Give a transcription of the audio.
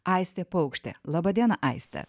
aistė paukštė laba diena aiste